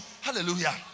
Hallelujah